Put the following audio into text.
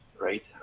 right